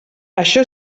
això